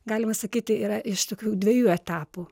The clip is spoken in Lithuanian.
galima sakyti yra iš tokių dviejų etapų